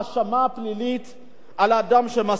של אדם שמסית לגזענות במדינת ישראל.